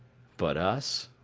but us?